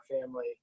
family